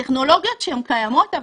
אלה טכנולוגיות שקיימות,